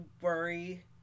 worry